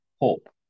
hope